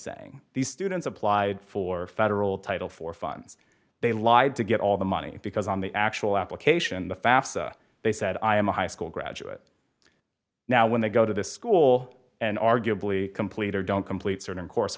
saying these students applied for federal title for fun they lied to get all the money because on the actual application the fafsa they said i am a high school graduate now when they go to the school and arguably complete or don't complete certain